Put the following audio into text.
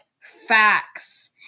facts